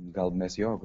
gal mes jo